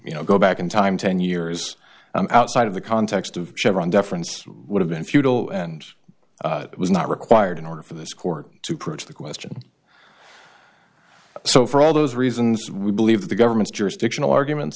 you know go back in time ten years outside of the context of chevron deference would have been futile and was not required in order for this court to prove to the question so for all those reasons we believe the government's jurisdictional arguments